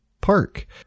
Park